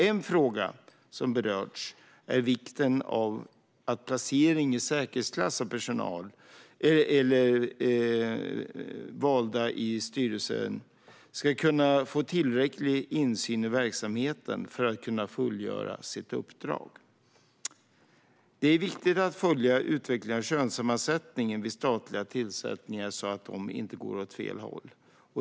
En fråga som berörts är vikten av placering i säkerhetsklass för att personer som är valda till styrelsen ska kunna få tillräcklig insyn i verksamheten för att kunna fullgöra sitt uppdrag. Det är viktigt att följa utvecklingen av könssammansättning vid statliga tillsättningar, så att denna inte går åt fel håll.